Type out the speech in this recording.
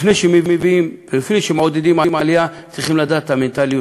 לפני שמעודדים עלייה צריכים לדעת את המנטליות,